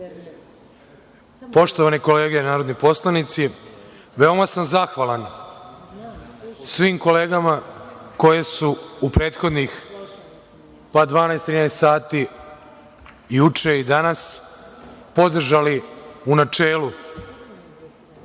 kolege narodni poslanici, veoma sam zahvalan svim kolegama koji su u prethodnih 12, 13 sati, juče i danas podržali u načelu,